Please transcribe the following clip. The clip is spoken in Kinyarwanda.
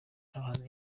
n’abahanzi